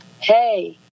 hey